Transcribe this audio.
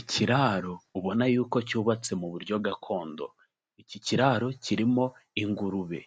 Ikiraro ubona y'uko cyubatse mu buryo gakondo, iki kiraro kirimo ingurube,